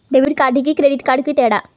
Debit కార్డుకి credit కార్డుకి తేడా?